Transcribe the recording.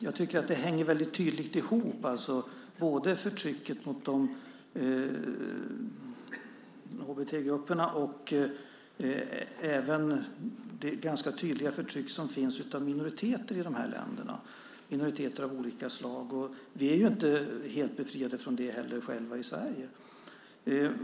Jag tycker att det hänger väldigt tydligt ihop, förtrycket mot HBT-grupperna och det ganska tydliga förtryck som finns av minoriteter i de här länderna, minoriteter av olika slag. Vi är ju inte heller helt befriade från det själva i Sverige.